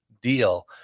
deal